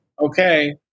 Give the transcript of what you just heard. okay